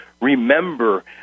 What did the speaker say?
remember